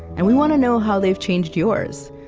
and we want to know how they've changed yours.